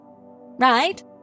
Right